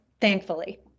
thankfully